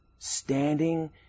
Standing